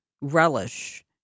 relish